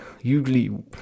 usually